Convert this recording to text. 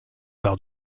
par